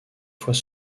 fois